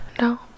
No